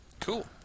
Cool